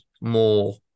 more